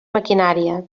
maquinària